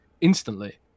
instantly